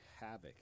Havoc